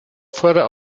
further